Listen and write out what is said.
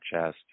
chest